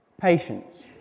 patience